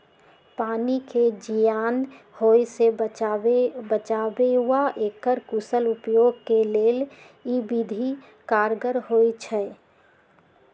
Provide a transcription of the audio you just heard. पानी के जीयान होय से बचाबे आऽ एकर कुशल उपयोग के लेल इ विधि कारगर होइ छइ